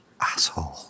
Asshole